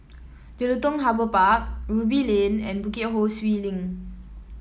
Jelutung Harbour Park Ruby Lane and Bukit Ho Swee Link